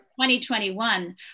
2021